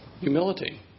humility